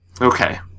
Okay